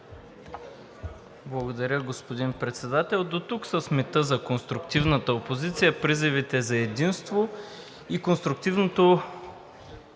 Благодаря, господин Председател. Дотук с мита за конструктивната опозиция, призивите за единство и конструктивното